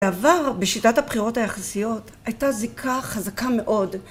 בעבר בשיטת הבחירות היחסיות הייתה זיקה חזקה מאוד